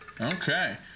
Okay